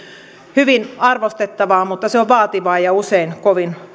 hyvin arvostettavaa mutta se on vaativaa ja usein kovin